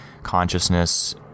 Consciousness